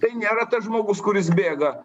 tai nėra tas žmogus kuris bėga